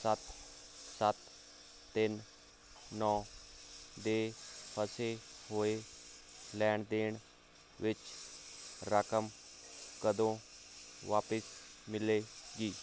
ਸੱਤ ਸੱਤ ਤਿੰਨ ਨੋ ਦੇ ਫਸੇ ਹੋਏ ਲੈਣ ਦੇਣ ਵਿੱਚ ਰਕਮ ਕਦੋਂ ਵਾਪਿਸ ਮਿਲੇਗੀ